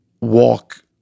walk